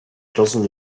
dozen